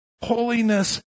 holiness